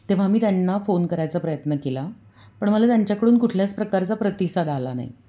तेव्हा मी त्यांना फोन करायचा प्रयत्न केला पण मला त्यांच्याकडून कुठल्याच प्रकारचा प्रतिसाद आला नाही